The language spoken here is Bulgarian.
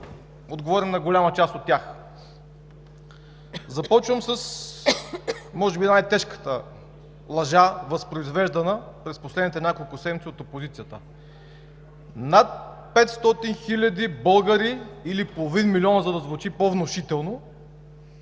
отговорим на голяма част от тях. Започвам, може би, с най-тежката лъжа, възпроизвеждана през последните няколко седмици от опозицията. Над 500 хиляди българи или половин милион, за да звучи по-внушително,